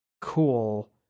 cool